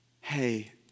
Hey